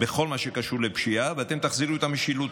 בכל מה שקשור לפשיעה ותחזירו את המשילות.